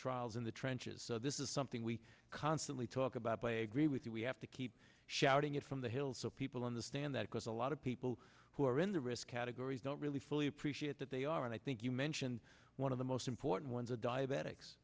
trials in the trenches so this is something we constantly talk about by agree with you we have to keep shouting it from the hill so people understand that because a lot of people who are in the risk categories don't really fully appreciate that they are and i think you mentioned one of the most important ones of diabetics